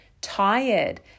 tired